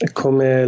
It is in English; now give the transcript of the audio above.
come